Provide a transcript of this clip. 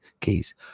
keys